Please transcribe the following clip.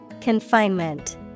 Confinement